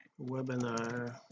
webinar